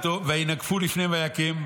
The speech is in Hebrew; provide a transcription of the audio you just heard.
"ויינגפו לפניו ויכם.